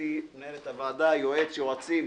גברתי מנהלת הוועדה, יועץ, יעצים,